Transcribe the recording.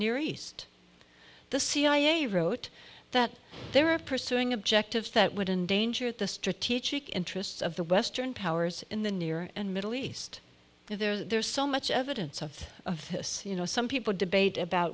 near east the cia wrote that there are pursuing objectives that would endanger the strategic interests of the western powers in the near and middle east there's so much evidence of this you know some people debate about